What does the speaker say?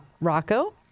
Rocco